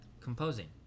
composing